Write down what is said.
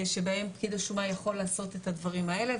שבהם פקיד השומה יכול לעשות את הדברים האלה.